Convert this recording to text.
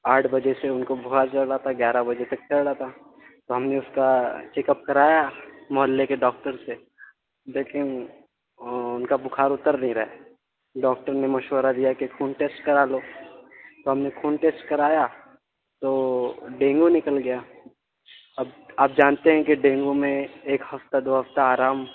آٹھ بجے سے ان کو بخار چڑھ رہا تھا گیارہ بجے تک چڑھ رہا تھا تو ہم نے اس کا چیکپ کرایا محلے کے ڈاکٹر سے لیکن ان کا بخار اتر نہیں رہا ہے ڈاکٹر نے مشورہ دیا کہ خون ٹیسٹ کرا لو تو ہم نے خون ٹیسٹ کرایا تو ڈینگو نکل گیا اب آپ جانتے ہیں کہ ڈینگو میں ایک ہفتہ دو ہفتہ آرام